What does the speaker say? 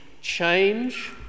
change